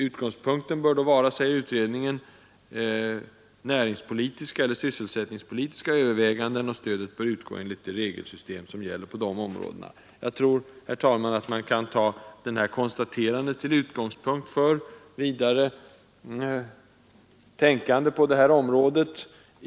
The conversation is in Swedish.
Utgångspunkten bör då vara, säger utredningen, näringspolitiska eller sysselsättningspolitiska överväganden, och stödet bör utgå enligt de regelsystem som gäller på de områdena. Jag tror att man kan ta detta konstaterande till utgångspunkt för vidare tänkande på detta område.